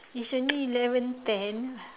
it's only eleven ten